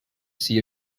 sea